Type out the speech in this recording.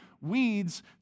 weeds